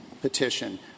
petition